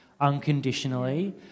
unconditionally